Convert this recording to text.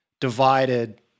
divided